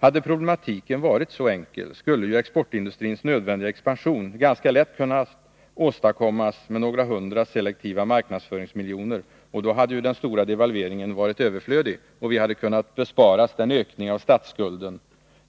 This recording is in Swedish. Hade problematiken varit så enkel, skulle exportindustrins nödvändiga expansion ganska lätt ha kunnat åstadkommas med några hundra selektiva marknadsföringsmiljoner — och då hade den stora devalveringen varit överflödig, och vi hade kunnat besparas den ökning av statsskulden,